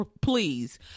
please